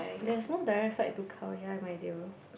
that's no direct flight to Khao-Yai my dear